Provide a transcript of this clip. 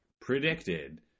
predicted